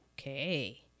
okay